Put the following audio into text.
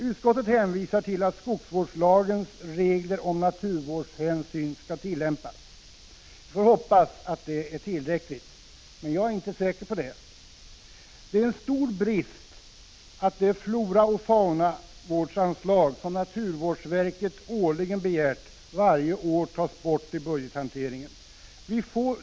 Utskottet hänvisar till att skogsvårdslagens regler om naturvårdshänsyn skall tillämpas. Vi får hoppas att detta är tillräckligt. Men jag är inte säker på det. Det är en stor brist att det floraoch faunavårdsanslag som naturvårdsverket årligen begär varje år tas bort i budgethanteringen.